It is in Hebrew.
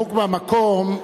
הנימוק מהמקום,